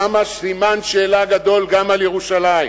שמה סימן שאלה גדול גם על ירושלים.